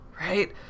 right